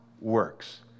works